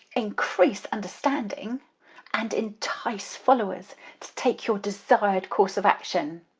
increase understanding and entice followers to take your desired course of action.